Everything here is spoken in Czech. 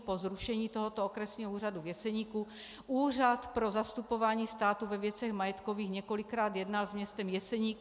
Po zrušení tohoto Okresního úřadu v Jeseníku Úřad pro zastupování státu ve věcech majetkových několikrát jednal s městem Jeseník.